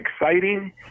exciting